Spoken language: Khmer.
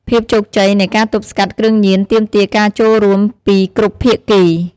ភាពជោគជ័យនៃការទប់ស្កាត់គ្រឿងញៀនទាមទារការចូលរួម ពីគ្រប់ភាគី។